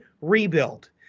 rebuild